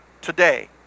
today